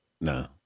no